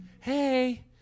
Hey